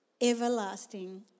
everlasting